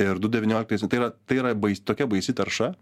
ir du devynioliktas tai yra tai yra tokia baisi tarša